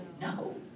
No